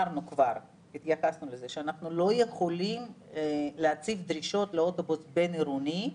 התייחסנו לזה שאנחנו לא יכולים להציג דרישות לאוטובוס בין עירוני,